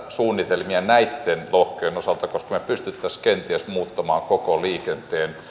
suunnitelmia näitten lohkojen osalta koska me pystyisimme kenties muuttamaan koko liikenteen